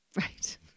Right